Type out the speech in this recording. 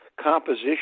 composition